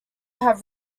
have